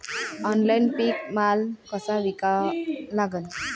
Online पीक माल कसा विका लागन?